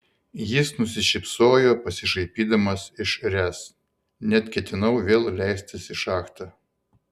jis nusišypsojo pasišaipydamas iš ręs net ketinau vėl leistis į šachtą